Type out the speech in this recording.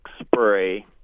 spray